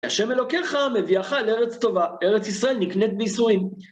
השם אלוקיך המביאך לארץ טובה. ארץ ישראל נקנית ביסורים.